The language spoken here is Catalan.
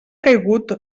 caigut